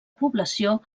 població